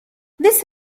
this